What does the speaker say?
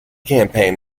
campaign